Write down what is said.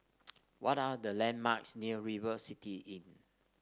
what are the landmarks near River City Inn